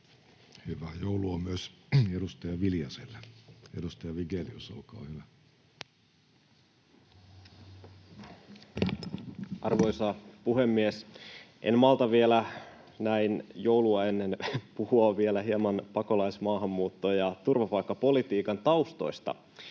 Hyvää joulua myös edustaja Viljaselle. — Edustaja Vigelius, olkaa hyvä. Arvoisa puhemies! En malta vielä näin ennen joulua olla puhumatta hieman pakolais-, maahanmuutto- ja turvapaikkapolitiikan taustoista.